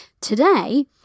Today